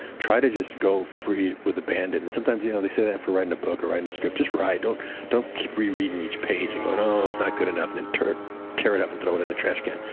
try to just go free with abandon. and sometimes you know they say that for writing a book or writing a script just write. don't don't keep rereading each page and going oh, it's not good enough and and tear it up and throw it in the trash can.